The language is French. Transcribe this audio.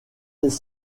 des